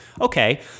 Okay